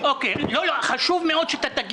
חשוב מאוד שאתה,